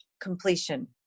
completion